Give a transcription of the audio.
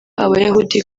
abayahudi